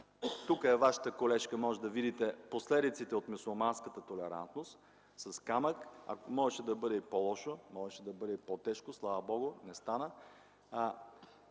Тук е вашата колежка, можете да видите последиците от мюсюлманската толерантност – с камък, а можеше да бъде и по-лошо, можеше да бъде и по-тежко, но слава Богу, не стана.